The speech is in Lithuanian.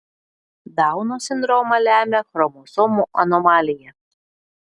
dauno sindromą lemia chromosomų anomalija